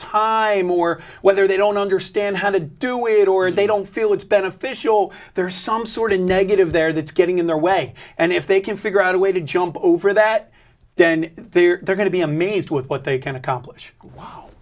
more whether they don't understand how to do it or they don't feel it's beneficial there's some sort of negative there that's getting in their way and if they can figure out a way to jump over that then they're going to be amazed with what they can accomplish w